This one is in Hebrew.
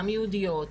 גם יהודיות,